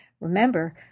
Remember